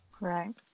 Right